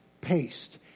Paste